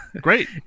Great